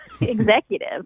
executive